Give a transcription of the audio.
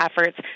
efforts